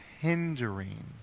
hindering